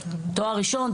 תואר ראשון,